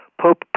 Pope